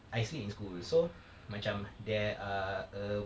I sleep in school so macam there ah uh